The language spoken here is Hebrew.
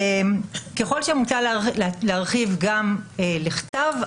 ככל שמוצע להרחיב גם לכתב,